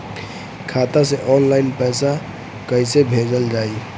खाता से ऑनलाइन पैसा कईसे भेजल जाई?